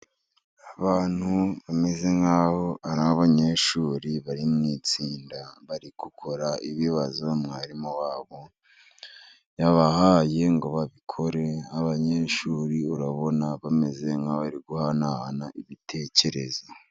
Abantu bameze nk'aho ari abanyeshuri bari mu itsinda bari gukora ibibazo mwarimu wabo yabahaye ngo babikore nk' abanyeshuri. Urabona bameze nk'abari guhanahana ibitekerezo.